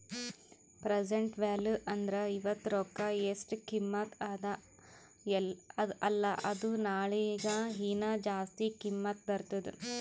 present value ಅಂದುರ್ ಇವತ್ತ ರೊಕ್ಕಾ ಎಸ್ಟ್ ಕಿಮತ್ತ ಅದ ಅಲ್ಲಾ ಅದು ನಾಳಿಗ ಹೀನಾ ಜಾಸ್ತಿ ಕಿಮ್ಮತ್ ಬರ್ತುದ್